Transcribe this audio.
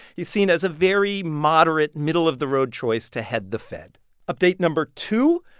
he's seen as a very moderate, middle-of-the-road choice to head the fed update number two,